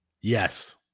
Yes